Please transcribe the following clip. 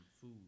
food